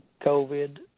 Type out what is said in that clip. COVID